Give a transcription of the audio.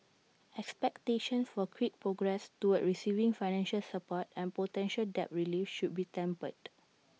expectations for quick progress toward receiving financial support and potential debt relief should be tempered